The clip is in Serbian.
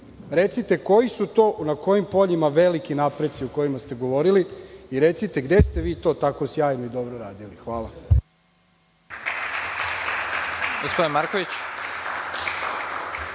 recite koji su to, na kojim poljima veliki napreci o kojima ste govorili i recite gde ste to tako sjajno i dobro radili. Hvala.